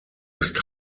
ist